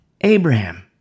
Abraham